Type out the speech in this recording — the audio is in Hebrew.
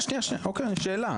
זו שאלה.